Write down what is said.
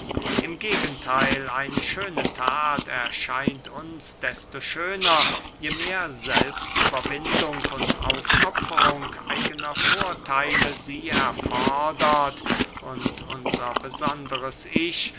im gegentheil eine schöne that erscheint uns desto schöner je mehr selbstüberwindung und aufopferung eigener vortheile sie erfordert und unser besonderes ich